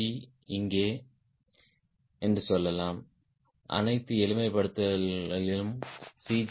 G இங்கே என்று சொல்லலாம் அனைத்து எளிமைப்படுத்தல்களிலும் C